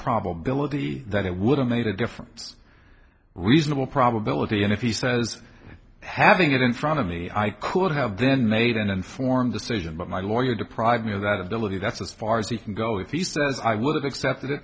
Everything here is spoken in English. probability that it would have made a difference reasonable probability and if he says having it in front of me i could have then made an informed decision but my lawyer deprived me of that ability that's as far as he can go if he says i would have accepted it